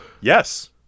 Yes